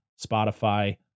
Spotify